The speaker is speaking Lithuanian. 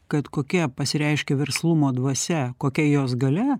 kad kokia pasireiškia verslumo dvasia kokia jos galia